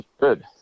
Good